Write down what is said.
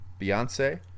Beyonce